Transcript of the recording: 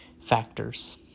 factors